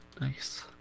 Nice